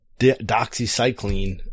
doxycycline